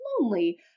lonely